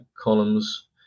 columns